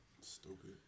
Stupid